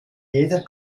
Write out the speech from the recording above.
jeder